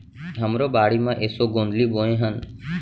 हमरो बाड़ी म एसो गोंदली बोए हन